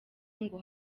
ngo